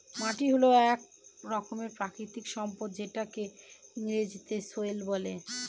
মাটি হল এক রকমের প্রাকৃতিক সম্পদ যেটাকে ইংরেজিতে সয়েল বলে